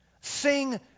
Sing